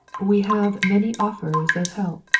we have many offers of help.